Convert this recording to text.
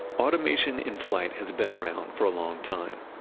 automation in flight has been around for a long time.